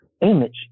image